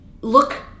look